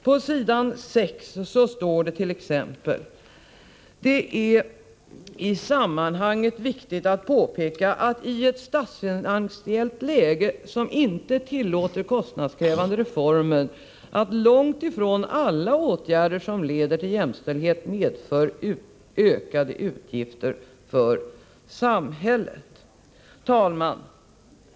På s. 6 står det t.ex.: ”Det är i det sammanhanget viktigt att påpeka i ett statsfinansiellt läge som inte tillåter kostnadskrävande reformer att långt ifrån alla åtgärder som leder till jämställdhet medför ökade utgifter för samhället.” Herr talman!